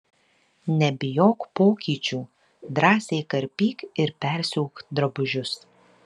nebijok pokyčių drąsiai karpyk ir persiūk drabužius